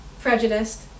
prejudiced